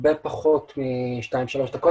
הרבה פחות משתיים-שלוש דקות.